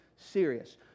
Serious